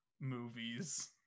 movies